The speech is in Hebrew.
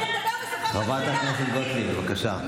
חברת הכנסת גוטליב, בבקשה.